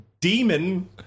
demon